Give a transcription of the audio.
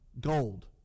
gold